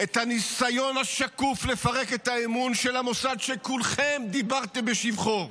את הניסיון השקוף לפרק את האמון של המוסד שכולכם דיברתם בשבחו.